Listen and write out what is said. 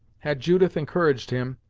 had judith encouraged him,